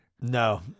No